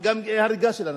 גם הריגה של אנשים.